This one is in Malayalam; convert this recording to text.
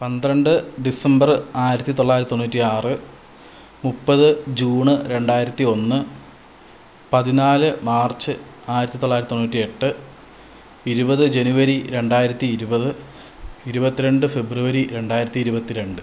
പന്ത്രണ്ട് ഡിസംബറ് ആയിരത്തിത്തൊള്ളായിരത്തി തൊണ്ണൂറ്റിയാറ് മുപ്പത് ജൂണ് രണ്ടായിരത്തി ഒന്ന് പതിനാല് മാർച്ച് ആയിരത്തിത്തൊള്ളായിരത്തി തൊണ്ണൂറ്റി എട്ട് ഇരുപത് ജനുവരി രണ്ടായിരത്തി ഇരുപത് ഇരുപത്തി രണ്ട് ഫെബ്രുവരി രണ്ടായിരത്തി ഇരുപത്തിരണ്ട്